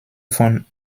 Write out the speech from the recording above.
von